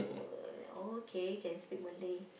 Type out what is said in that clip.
oh okay can speak Malay